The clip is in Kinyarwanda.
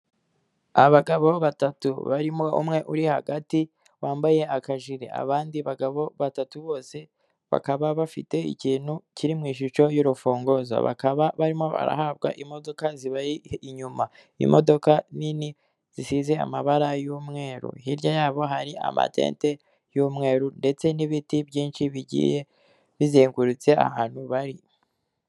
Abagabo batatu, barimo umwe uri hagati wambaye akajire. Abandi bagabo batatu bose bakaba bafite ikintu kiri mu ishusho y'urufunguzo, bakaba barimo barahabwa imodoka zibari inyuma. Imodoka nini zisize amabara y'umweru. Hirya y'abo hari amatente y'umweru ndetse n'ibiti byinshi bigiye bizengurutse ahantu bari.